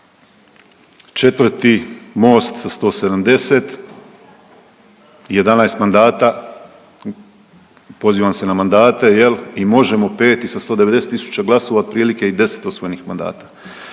četvrti MOST sa 170, 11 mandata, pozivam se na mandate jel i Možemo! peti sa 190 tisuća glasova otprilike i 10 osvojenih mandata.